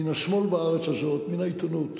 מן השמאל בארץ הזאת, מן העיתונות,